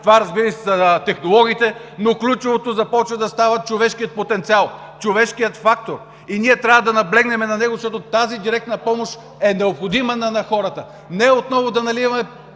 са капиталите, технологиите, но ключовото започва да става човешкият потенциал, човешкият фактор! Ние трябва да наблегнем на него, защото тази директна помощ е необходима на хората! Не отново да наливаме